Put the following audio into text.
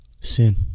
Sin